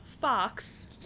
Fox